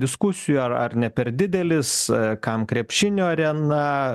diskusijų ar ar ne per didelis kam krepšinio arena